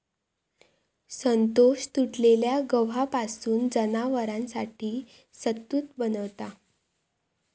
संतोष तुटलेल्या गव्हापासून जनावरांसाठी सत्तू बनवता